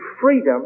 freedom